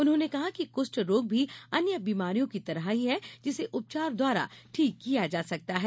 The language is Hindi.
उन्होंने कहा कि कुष्ठ रोग भी अन्य बीमारियों की तरह ही है जिसे उपचार द्वारा ठीक किया जा सकता है